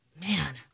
man